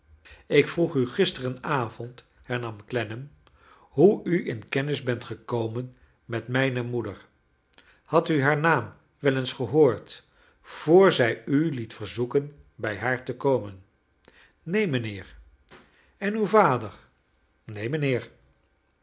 ik vroeg u gisteren avond hernam clennam hoe u in kennis bent gekomen met mijne moeder hadt u haar naam wel eens gehoord voor zij u liet verzoeken bij haar te komen neen mijnheer en uw vader